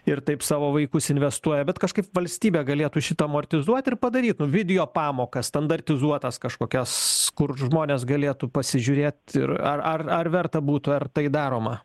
ir taip savo vaikus investuoja bet kažkaip valstybė galėtų šitą amortizuot ir padaryt video pamokas standartizuotas kažkokias kur žmonės galėtų pasižiūrėt ir ar ar ar verta būtų ar tai daroma